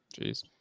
Jeez